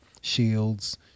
shields